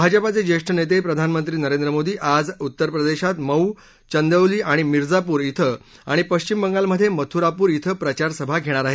भाजपाचे ज्येष्ठ नेते प्रधानमंत्री नरेंद्र मोदी आज उत्तरप्रदेशात माऊ चंदौली आणि मिरजापूर क्षे आणि पश्चिम बंगालमधे मथुरापूर क्षे प्रचारसभा घेणार आहेत